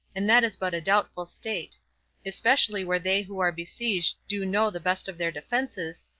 and that is but a doubtful state especially where they who are besieged do know the best of their defences,